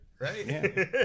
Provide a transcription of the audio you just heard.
right